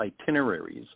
itineraries